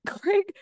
Craig